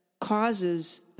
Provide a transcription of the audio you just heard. causes